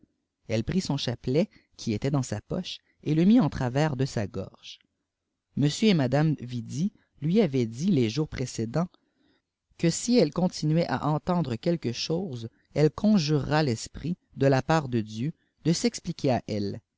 elle prit so chapelet qui était dans sa pehe et le fui en travers de ia gorge m et madame vui hiî avaient dit lesours précédisnts que si elle continuait à entendre qudque chose elle éocqurât rrit de la paît de dieu de s'expliquer à elle